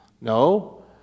No